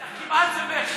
ה"כמעט" זה מרצ.